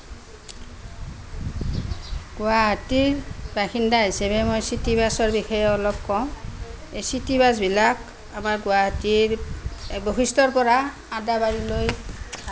গুৱাহাটীৰ বাসিন্দা হিচাপে মই চিটিবাছৰ বিষয়ে অলপ কওঁ এই চিটিবাছ বিলাক আমাৰ গুৱাহাটীৰ বশিষ্ঠৰ পৰা আদাবাৰীলৈ